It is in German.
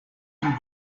ihm